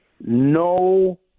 No